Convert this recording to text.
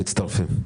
מצטרפים.